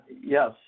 Yes